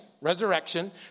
resurrection